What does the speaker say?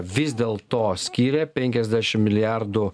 vis dėl to skyrė penkiasdešim milijardų